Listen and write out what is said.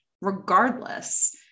regardless